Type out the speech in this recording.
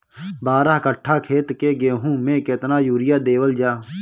बारह कट्ठा खेत के गेहूं में केतना यूरिया देवल जा?